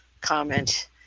comment